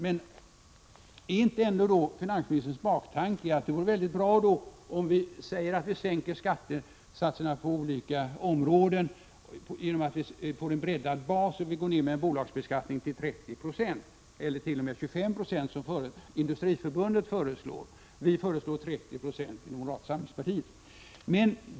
Är inte finansministerns baktanke dock att det vore mycket bra om vi säger att vi sänker skattesatserna på olika områden genom att vi får en breddad bas, och vi går ner med en bolagsbeskattning till 30 96 — eller t.o.m. 25 96 som föreslås av Industriförbundet. Från moderata samlingspartiet föreslår vi 30 90.